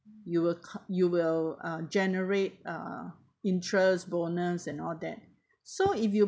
you will com~ you will uh generate uh interest bonus and all that so if you